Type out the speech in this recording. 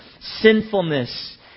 sinfulness